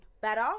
better